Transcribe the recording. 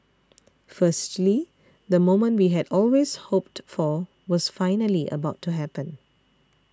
firstly the moment we had always hoped for was finally about to happen